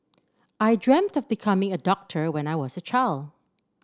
I dreamt of becoming a doctor when I was a child